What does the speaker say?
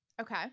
Okay